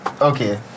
Okay